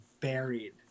buried